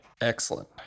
Excellent